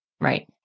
right